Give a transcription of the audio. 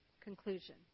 conclusion